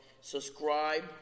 Subscribe